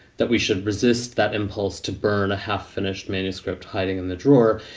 that we should resist that impulse to burn a half finished manuscript hiding in the drawer.